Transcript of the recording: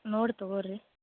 ನೋಡಿ ತಗೋರ್ರಿ